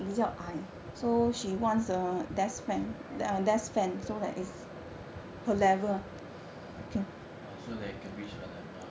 uh so it can reach her level